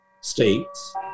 states